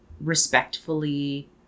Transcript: respectfully